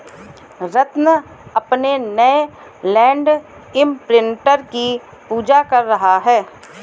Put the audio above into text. रत्न अपने नए land imprinter की पूजा कर रहा है